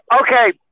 Okay